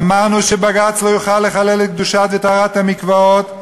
אמרנו שבג"ץ לא יוכל לחלל את קדושת וטהרת המקוואות,